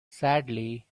sadly